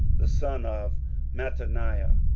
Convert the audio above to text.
the son of mattaniah,